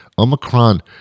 Omicron